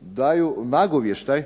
daju nagovještaj